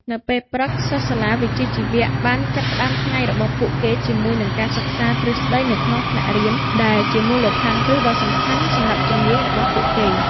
នៅពេលព្រឹក សិស្សសាលាវិជ្ជាជីវៈបានចាប់ផ្តើមថ្ងៃរបស់ពួកគេជាមួយនឹងការសិក្សាទ្រឹស្តីនៅក្នុងថ្នាក់រៀន ដែលជាមូលដ្ឋានគ្រឹះដ៏សំខាន់សម្រាប់ជំនាញរបស់ពួកគេ។